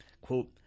quote